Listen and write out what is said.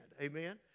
Amen